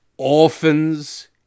Orphans